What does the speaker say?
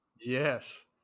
Yes